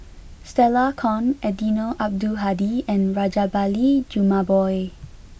Stella Kon Eddino Abdul Hadi and Rajabali Jumabhoy